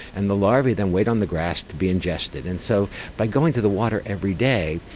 and the larvae then wait on the grass to be ingested. and so by going to the water every day,